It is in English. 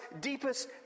deepest